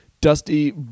dusty